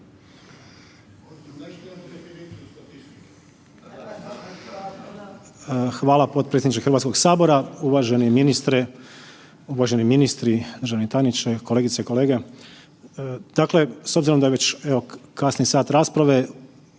Hvala potpredsjedniče Hrvatskog sabora. Uvaženi ministre, uvaženi ministri, državni tajniče, kolegice i kolege. Dakle s obzirom da je već kasni sat rasprave